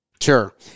Sure